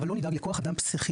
אבל לא נדאג לכוח אדם פסיכיאטרי,